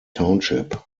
township